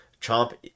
Chomp